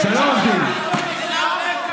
של הערבים?